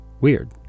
Weird